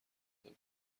بود